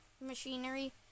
machinery